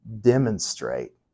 demonstrate